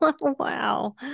wow